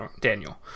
Daniel